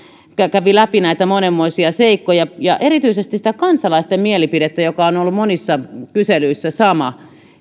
kävi läpi näitä monenmoisia seikkoja ja erityisesti kansalaisten mielipidettä joka on ollut monissa kyselyissä sama